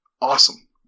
awesome